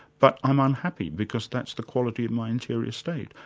but i'm unhappy because that's the quality of my interior state,